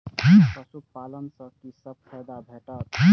पशु पालन सँ कि सब फायदा भेटत?